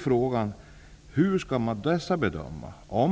Frågan är då hur det skall bedömas.